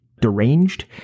Deranged